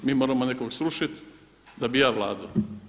Mi moramo nekog srušiti da bih ja vladao.